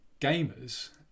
Gamers